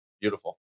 Beautiful